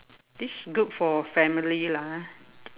this good for family lah